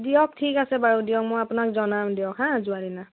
দিয়ক ঠিক আছে বাৰু দিয়ক মই আপোনাক জনাম দিয়ক হা যোৱাৰ দিনা